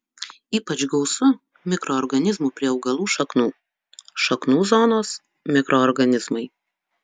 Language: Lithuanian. ypač gausu mikroorganizmų prie augalų šaknų šaknų zonos mikroorganizmai